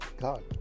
God